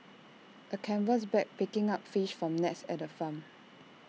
A canvas bag picking up fish from nets at the farm